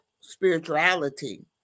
spirituality